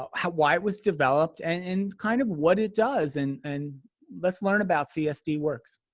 why it was developed and kind of what it does? and and let's learn about csd works.